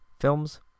films